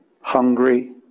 hungry